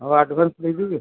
ହଉ ଆଡ଼ଭାନ୍ସ ଦେଇ ଦେବି